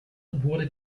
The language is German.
wurde